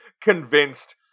convinced